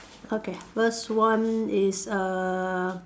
okay first one is uh